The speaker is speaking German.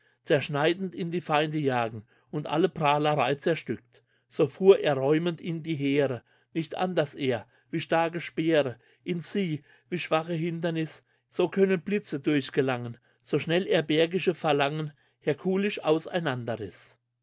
zerschneidend in die feine jagen und alle pralerey zerstückt so fuhr er räumend in die heere nicht anderst er wie starke speere in sie wie schwache hindernis so können blitze durchgelangen so schnell er bergige phalangen herkulisch